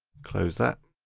close that.